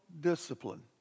discipline